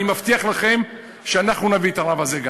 אני מבטיח לכם שאנחנו נביא את הרב הזה גם,